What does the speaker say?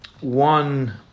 One